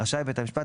רשאי בית המשפט,